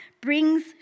brings